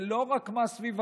זה לא רק מס סביבתי,